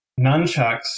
nunchucks